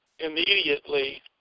immediately